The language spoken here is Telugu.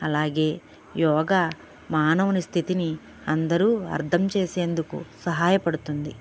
అలాగే యోగా మానవుని స్థితిని అందరూ అర్థం చేసేందుకు సహాయపడుతుంది